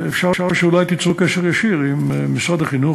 אפשר שאולי תיצרו קשר ישיר עם משרד החינוך,